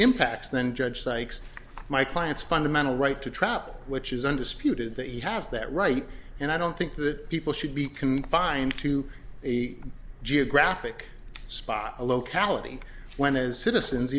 impacts then judge sykes my client's fundamental right to trap which is undisputed that he has that right and i don't think that people should be confined to a geographic spot a locality when as citizens